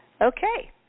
Okay